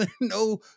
No